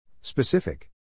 Specific